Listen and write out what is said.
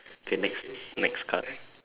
okay next next card